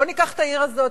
בוא ניקח את העיר הזאת,